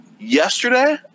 yesterday